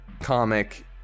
comic